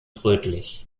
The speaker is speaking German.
rötlich